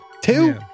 Two